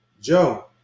Joe